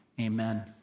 Amen